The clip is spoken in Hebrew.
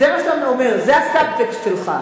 זה מה שאתה אומר, זה הסבטקסט שלך.